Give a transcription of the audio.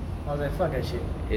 I was like fuck that shit